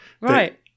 Right